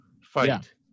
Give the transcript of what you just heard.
fight